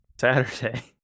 Saturday